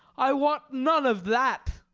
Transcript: i want none of that.